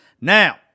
now